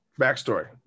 Backstory